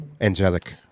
Angelic